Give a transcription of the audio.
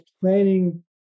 planning